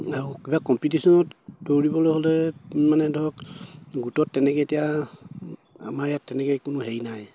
আৰু কিবা কম্পিটিশ্যনত দৌৰিবলৈ হ'লে মানে ধৰক গোটত তেনেকে এতিয়া আমাৰ ইয়াত তেনেকে কোনো হেৰি নাই